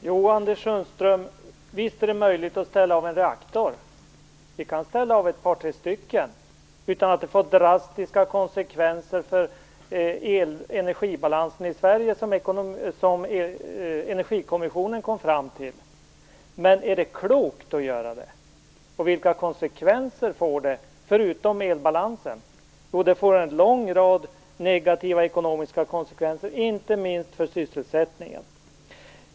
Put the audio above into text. Fru talman! Ja, Anders Sundström, visst är det möjligt att ställa av en reaktor. Vi kan ställa av ett par tre stycken utan att det får drastiska konsekvenser för energibalansen i Sverige, som Energikommissionen kom fram till. Men är det klokt att göra det? Vilka konsekvenser får det förutom för elbalansen? Jo, det får en lång rad negativa ekonomiska konsekvenser, inte minst konsekvenser för sysselsättningen.